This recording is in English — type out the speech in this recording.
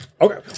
Okay